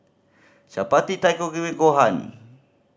Chapati Takikomi Gohan